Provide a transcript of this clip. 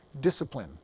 discipline